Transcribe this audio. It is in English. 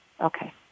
Okay